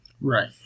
Right